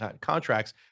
contracts